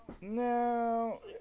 No